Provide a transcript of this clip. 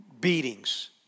beatings